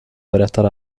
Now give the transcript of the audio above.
berättade